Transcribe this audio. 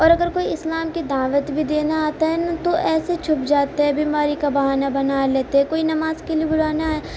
اور اگر کوئی اسلام کی دعوت بھی دینے آتا ہے نا تو ایسے چھپ جاتے ہیں بیماری کا بہانہ بنا لیتے ہیں کوئی نماز کے لیے بلانے آئے